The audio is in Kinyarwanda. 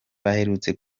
baherutse